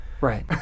Right